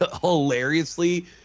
hilariously